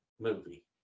movie